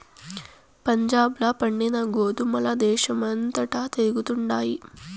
పంజాబ్ ల పండిన గోధుమల దేశమంతటా తిరుగుతండాయి